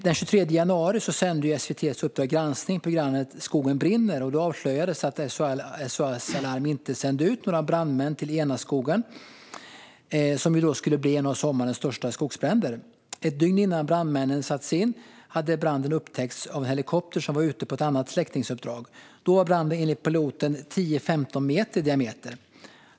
Den 23 januari sände SVT:s Uppdrag granskning programmet Skogen brinner , där det avslöjades att SOS Alarm inte sände ut några brandmän till Enskogen och det som skulle bli en av sommarens största skogsbränder. Ett dygn innan brandmännen sattes in hade branden upptäckts av en helikopter som var ute på ett annat släckningsuppdrag. Då brann det enligt piloten på en yta av 10-15 meter i diameter.